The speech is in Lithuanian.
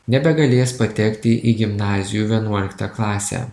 nebegalės patekti į gimnazijų vienuoliktą klasę